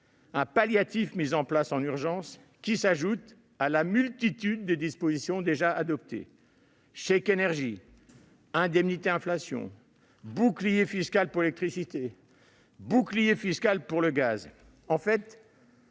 d'un palliatif mis en place en urgence, qui s'ajoute à la multitude de dispositions déjà adoptées : chèque énergie, indemnité inflation, bouclier fiscal pour l'électricité, bouclier tarifaire pour le gaz,